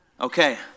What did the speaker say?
Okay